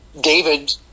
David